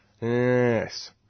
Yes